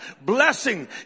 Blessing